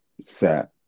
set